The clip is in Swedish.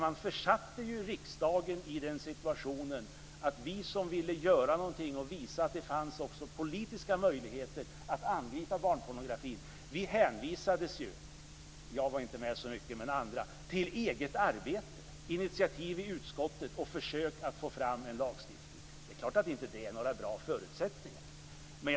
Man försatte riksdagen i den situationen att vi som ville göra någonting och visa att det fanns politiska möjligheter att angripa barnpornografi var hänvisade - jag var inte med så mycket - till eget arbete, initiativ i utskottet och försök att få fram en lagstiftning. Det är klart att det inte är några bra förutsättningar.